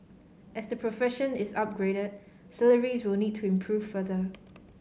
as the profession is upgraded salaries will need to improve further